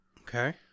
Okay